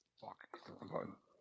Fuck